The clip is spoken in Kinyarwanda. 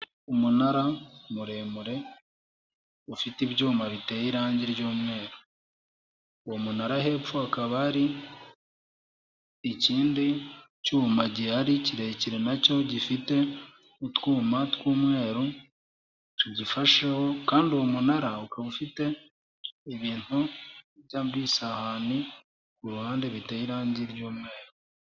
Umunara muremure ufite ibyuma biteye irangi ry'umweru, uwo munara hepfo hakaba hari ikindi cyuma gihari kirekire nacyo gifite utwuma tw'umweru, tugifasheho, kandi uwo munara ukaba ufite ibintu by'amasahani ku ruhande biteye irangi ry'umweru.